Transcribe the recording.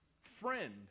friend